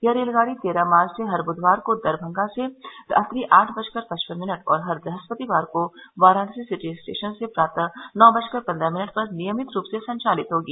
यह रेलगाड़ी तेरह मार्च से हर बुधवार को दरमंगा से रात्रि आठ बजकर पचपन मिनट और हर बुहस्पतिवार को वाराणसी सिटी स्टेशन से प्रातः नौ बजकर पन्द्रह मिनट पर नियमित रूप से संचालित होगी